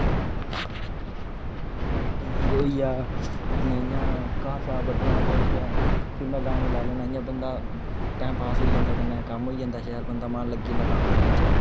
इयां कि अपने इयां घाह शाह बढना होऐ ते उसले फिर में गाने लाई लेना इयां बंदा टाइम पास होई जंदा कन्ने कम्म होई जंदा शैल बंदा मन लग्गी जंदा कम्म करने च